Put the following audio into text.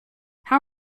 how